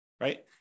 right